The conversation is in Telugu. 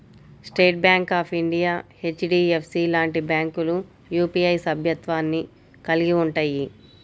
state Bank of India, HDFC లాంటి బ్యాంకులు యూపీఐ సభ్యత్వాన్ని కలిగి ఉంటయ్యి